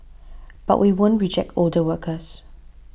but we won't reject older workers